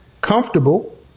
Comfortable